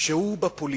שהוא בפוליטיקה,